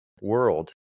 world